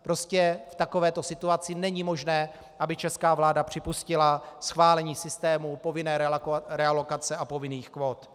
Prostě v takovéto situaci není možné, aby česká vláda připustila schválení systému povinné realokace a povinných kvót.